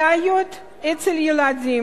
בעיות אצל הילדים,